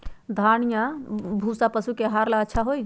या धान के भूसा पशु के आहार ला अच्छा होई?